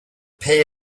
pay